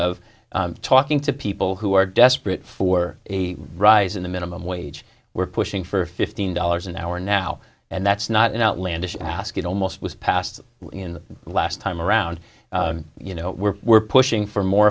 of talking to people who are desperate for a rise in the minimum wage were pushing for fifteen dollars an hour now and that's not an outlandish ask it almost was passed in the last time around you know we're we're pushing for more